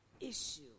issue